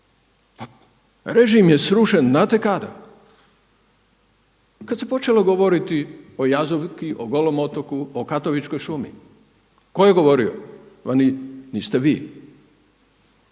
pa režim je srušen znate kada? Kada se počelo govoriti o Jazovki, o Golom otoku, o Katovičkoj šumi. Tko je govorio? Niste vi.